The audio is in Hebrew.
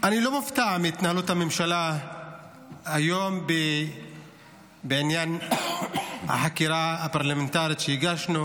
אני לא מופתע מהתנהלות הממשלה היום בעניין החקירה הפרלמנטרית שהגשנו.